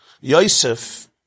Yosef